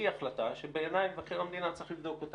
היא החלטה שבעיניי מבקר המדינה צריך לבדוק אותה.